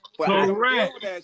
Correct